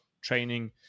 training